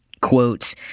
Quotes